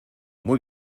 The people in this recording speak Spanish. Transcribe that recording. muy